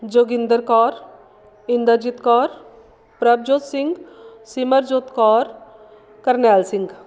Joginder Kaur Inderjit Kaur Prabhjot Singh Simarjot Kaur Karnail Singh